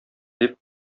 дип